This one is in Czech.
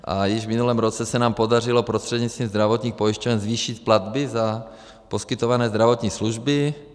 A již v minulém roce se nám podařilo prostřednictvím zdravotních pojišťoven zvýšit platby za poskytované zdravotní služby.